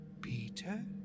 Peter